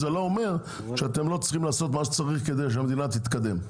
זה לא אומר שאתן לא צריכות לעשות מה שצריך כדי שהמדינה תתקדם.